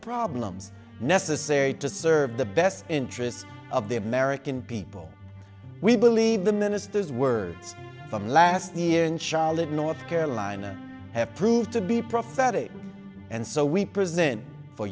problems necessary to serve the best interest of the american people we believe the minister's words from last year in charlotte north carolina have proved to be prophetic and so we present for